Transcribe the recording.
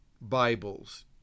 Bibles